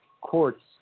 courts